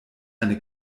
eine